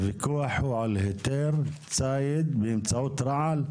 הוויכוח הוא על היתר ציד באמצעות רעל?